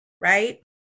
right